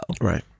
right